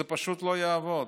זה פשוט לא יעבוד.